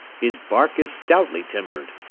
his bark is stoutly timber'd,